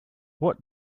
what